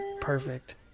Perfect